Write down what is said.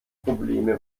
probleme